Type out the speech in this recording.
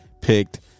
picked